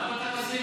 למה אתה פסימי?